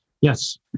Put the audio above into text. Yes